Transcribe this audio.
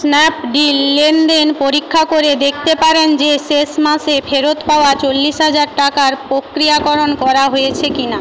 Snapdeal লেনদেন পরীক্ষা করে দেখতে পারেন যে শেষ মাসে ফেরত পাওয়া চল্লিশ হাজার টাকার প্রক্রিয়াকরণ করা হয়েছে কি না